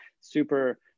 super